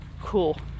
cool